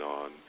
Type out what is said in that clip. on